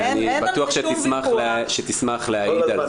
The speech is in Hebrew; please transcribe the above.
אני בטוח שתשמח להעיד על כך.